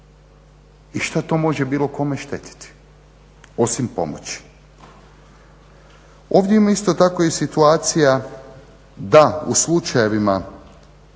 i šta to može bilo kome štetiti, osim pomoći? Ovdje imamo isto tako i situacija da u slučajevima